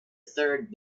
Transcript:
third